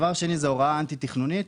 הוראה אנטי תכנונית